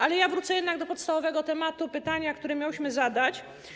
Ale wrócę jednak do podstawowego tematu, pytania, które miałyśmy zadać.